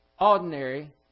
ordinary